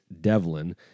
Devlin